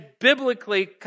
biblically